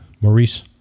Maurice